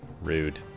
Rude